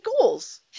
goals